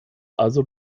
also